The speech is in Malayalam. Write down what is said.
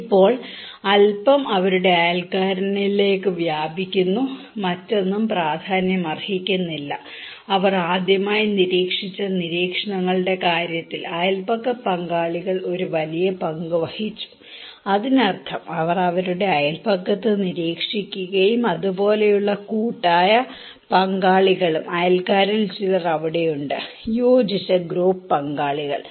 ഇപ്പോൾ അൽപ്പം അവരുടെ അയൽക്കാരനിലേക്ക് വ്യാപിക്കുന്നു മറ്റൊന്നും പ്രാധാന്യമർഹിക്കുന്നില്ല അവർ ആദ്യമായി നിരീക്ഷിച്ച നിരീക്ഷണങ്ങളുടെ കാര്യത്തിൽ അയൽപക്ക പങ്കാളികൾ ഒരു വലിയ പങ്ക് വഹിച്ചു അതിനർത്ഥം അവർ അവരുടെ അയൽപക്കത്ത് നിരീക്ഷിക്കുകയും അതുപോലെയുള്ള കൂട്ടായ കൂട്ടായ പങ്കാളികളും അയൽക്കാരിൽ ചിലർ അവിടെയുണ്ട് യോജിച്ച ഗ്രൂപ്പ് പങ്കാളികൾ